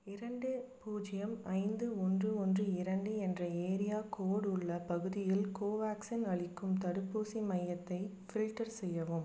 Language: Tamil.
இரண்டு பூஜ்யம் ஐந்து ஒன்று ஒன்று இரண்டு என்ற ஏரியா கோடு உள்ள பகுதியில் கோவேக்சின் அளிக்கும் தடுப்பூசி மையத்தை ஃபில்டர் செய்யவும்